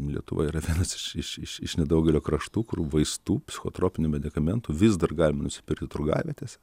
lietuva yra vienas iš iš iš iš nedaugelio kraštų kur vaistų psichotropinių medikamentų vis dar galima nusipirkti turgavietėse